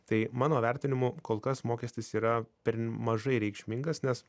tai mano vertinimu kol kas mokestis yra per mažai reikšmingas nes